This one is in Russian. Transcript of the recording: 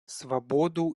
свободу